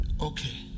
Okay